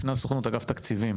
לפני הסוכנות, אגף תקציבים